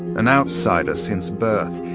an outsider since birth,